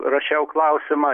rašiau klausimą